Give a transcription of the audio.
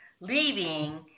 Leaving